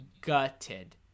gutted